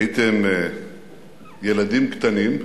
הייתם ילדים קטנים,